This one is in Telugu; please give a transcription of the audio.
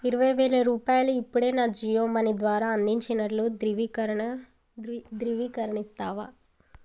ఇరవై వేల రూపాయల ఇప్పుడే నా జియో మనీ ద్వారా అందిచినట్లు దృవీకరణ ద్రి దృవీకరణిస్తావా